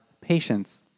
patients